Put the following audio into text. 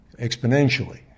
exponentially